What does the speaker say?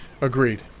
Agreed